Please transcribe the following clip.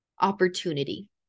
opportunity